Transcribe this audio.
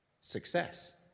success